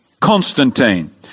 Constantine